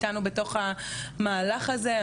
איתנו בתוך המהלך הזה.